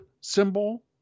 symbol